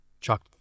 Chuck